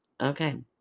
Okay